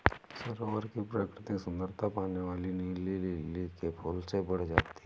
सरोवर की प्राकृतिक सुंदरता पानी वाले नीले लिली के फूल से बढ़ जाती है